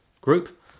group